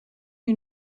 who